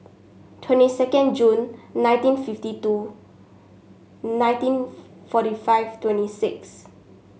twenty second Jun nineteen fifty two nineteen forty five twenty six